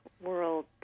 world